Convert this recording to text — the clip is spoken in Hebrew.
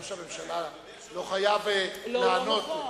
ראש הממשלה לא חייב לענות.